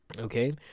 Okay